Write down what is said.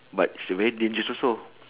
but is a very dangerous also